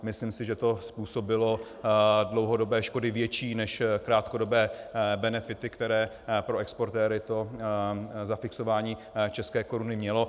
Myslím si, že to způsobilo dlouhodobé školy větší než krátkodobé benefity, které pro exportéry to zafixování české koruny mělo.